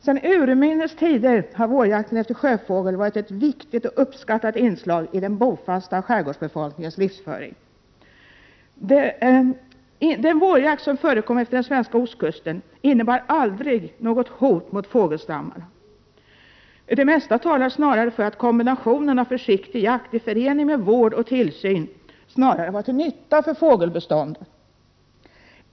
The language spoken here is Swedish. Sedan urminnes tider har vårjakten efter sjöfågel varit ett viktigt och uppskattat inslag i den bofasta skärgårdsbefolkningens livsföring. Den vårjakt som förekom efter den svenska ostkusten innebar aldrig något hot mot fågelstammen. Det mesta talar snarare för att kombinationen av försiktig jakt i förening med vård och tillsyn var till nytta för fågelbeståndet.